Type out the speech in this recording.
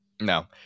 No